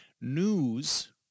News